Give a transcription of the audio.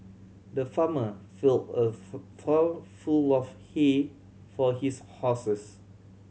the farmer fill a trough full of he for his horses